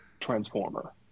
Transformer